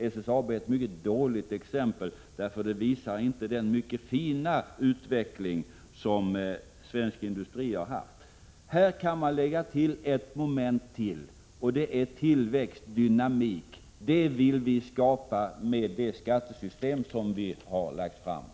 SSAB är alltså ett mycket dåligt exempel, eftersom det inte alls visar den mycket fina utveckling som svensk industri har haft. Låt mig lägga till ett moment: tillväxt, dynamik. Det vill vi skapa med det skattesystem som vi har föreslagit!